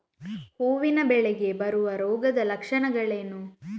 ಹೂವಿನ ಬೆಳೆಗೆ ಬರುವ ರೋಗದ ಲಕ್ಷಣಗಳೇನು?